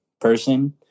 person